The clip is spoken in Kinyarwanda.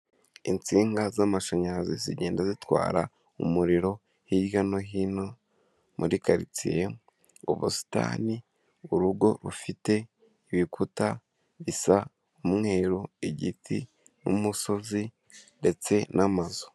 Insinga z'amashanyarazi zigenda zitwara umuriro hirya no hino muri karitsiye, ubusitani urugo rufite ibikuta bisa umweru igiti n'umusozi ndetse n'amazu.